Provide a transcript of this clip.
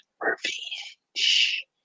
Revenge